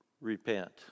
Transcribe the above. repent